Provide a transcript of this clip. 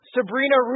Sabrina